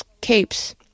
capes